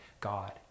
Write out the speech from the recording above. God